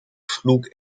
schlug